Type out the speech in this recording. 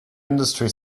industry